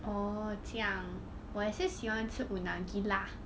orh 这样我也是喜欢吃 unagi lah